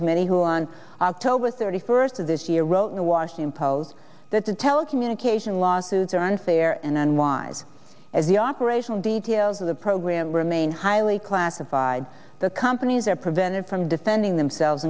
committee who on october thirty first of this year wrote in the washington post that the telecommunication losses are unfair and unwise as the operational details of the program remain highly classified the companies are prevented from defending themselves